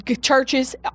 churches